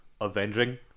avenging